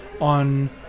on